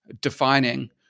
defining